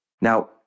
Now